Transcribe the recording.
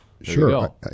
Sure